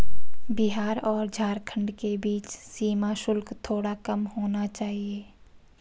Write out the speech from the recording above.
बिहार और झारखंड के बीच सीमा शुल्क थोड़ा कम होना चाहिए